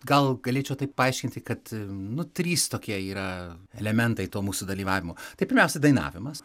gal galėčiau taip paaiškinti kad nu trys tokie yra elementai to mūsų dalyvavimo tai pirmiausia dainavimas